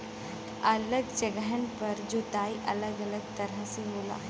अलग जगहन पर जोताई अलग अलग तरह से होला